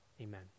amen